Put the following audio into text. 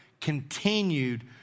continued